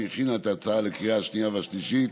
שהכינה את ההצעה לקריאה השנייה והשלישית,